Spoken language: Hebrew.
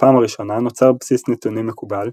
בפעם הראשונה נוצר בסיס נתונים מקובל,